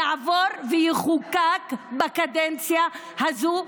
שחוק האזיקונים יעבור ויחוקק בקדנציה הזו,